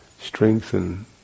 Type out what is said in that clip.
strengthen